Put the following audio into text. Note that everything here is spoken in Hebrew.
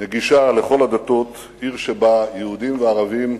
נגישה לכל הדתות, עיר שבה יהודים וערבים,